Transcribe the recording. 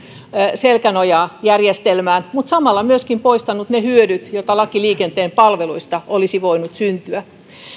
selkänojaa järjestelmään mutta samalla myöskin poistanut ne hyödyt joita laista liikenteen palveluista olisi voinut syntyä